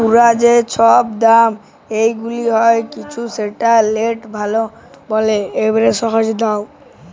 পুরা যে ছব দাম গুলাল হ্যয় কিছুর সেটকে লেট ভ্যালু ব্যলে